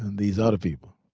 and these are the people.